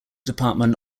department